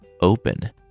open